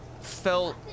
felt